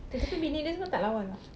eh tapi bini dia semua tak lawa lah